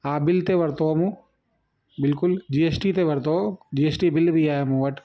हा बिल ते वरितो हो मूं बिल्कुलु जी एस टी ते वरितो हो जी एस टी बिल बि आहे मूं वटि